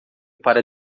para